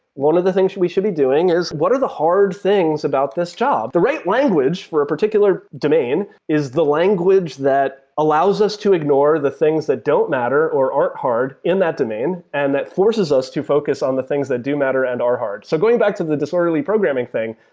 one of the things we should be doing is what are the hard things about this job? the right language for a particular domain is the language that allows us to ignore the things that don't matter or aren't hard in that domain and that forces us to focus on the things that do matter and are hard. so going back to the disorderly programming thing,